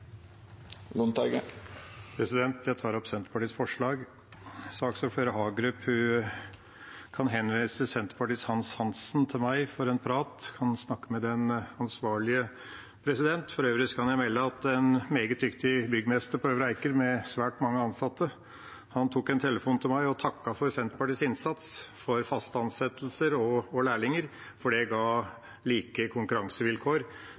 Jeg tar opp Senterpartiets forslag. Saksordfører Hagerup kan henvise han som hadde sansen for Senterpartiet, til meg for en prat, og snakke med den ansvarlige. For øvrig kan jeg melde at en meget dyktig byggmester på Øvre Eiker, med svært mange ansatte, tok en telefon til meg og takket for Senterpartiets innsats for faste ansettelser og lærlinger, for det ga like konkurransevilkår.